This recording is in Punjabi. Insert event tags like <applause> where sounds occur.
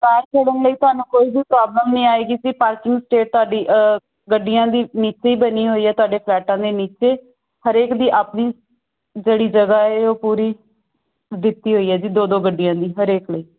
ਕਾਰ ਖੜ੍ਹੀ <unintelligible> ਲਈ ਤੁਹਾਨੂੰ ਕੋਈ ਵੀ ਪ੍ਰੋਬਲਮ ਨਹੀਂ ਆਏਗੀ ਜੀ ਪਾਰਕਿੰਗ <unintelligible> ਤੁਹਾਡੀ <unintelligible> ਤੂਸੀਂ ਗੱਡੀਆਂ ਦੀ ਨੀਚੇ ਹੀ ਬਣੀ ਹੋਈ ਹੈ ਤੁਹਾਡੇ ਫਲੈਟਾਂ ਦੇ ਨੀਚੇ ਹਰੇਕ ਦੀ ਆਪਣੀ ਜਿਹੜੀ ਜਗ੍ਹਾ ਹੈ ਉਹ ਪੂਰੀ ਦਿੱਤੀ ਹੋਈ ਹੈ ਜੀ ਦੋ ਦੋ ਗੱਡੀਆਂ ਦੀ ਹਰੇਕ ਲਈ